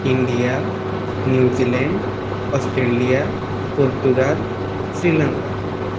India New Zealand Australia Portugal Sri Lanka